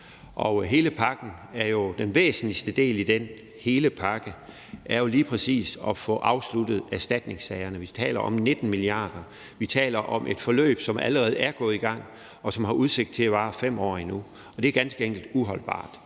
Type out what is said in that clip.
jo hele pakken, og den væsentligste del i den hele pakke er jo lige præcis at få afsluttet erstatningssagerne. Vi taler om 19 mia. kr. Vi taler om et forløb, som allerede er gået i gang, og som har udsigt til at vare 5 år endnu, og det er ganske enkelt uholdbart